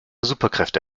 superkräfte